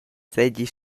seigi